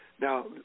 Now